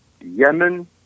Yemen